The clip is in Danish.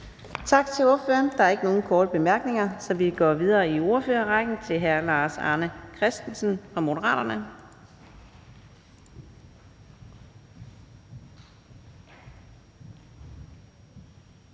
Tak til ordføreren. Der er ikke nogen korte bemærkninger, så vi går videre i ordførerrækken til fru Lise Bertelsen, Det Konservative